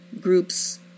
groups